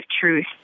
truth